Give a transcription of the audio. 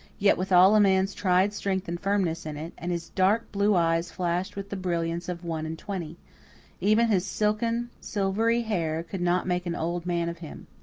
yet with all a man's tried strength and firmness in it, and his dark blue eyes flashed with the brilliance of one and twenty even his silken silvery hair could not make an old man of him.